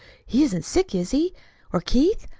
he isn't sick, is he or keith?